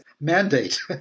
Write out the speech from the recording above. mandate